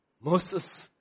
Moses